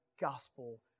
gospel